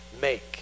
make